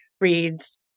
reads